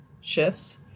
shifts